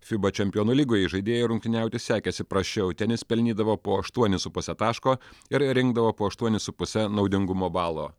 fiba čempionų lygoj įžaidėjui rungtyniauti sekėsi prasčiau ten jis pelnydavo po aštuonis su puse taško ir rinkdavo po aštuonis su puse naudingumo balo